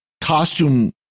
costume